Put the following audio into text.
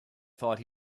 thought